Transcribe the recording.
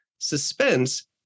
suspense